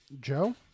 Joe